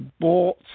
bought